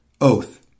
Oath